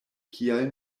kial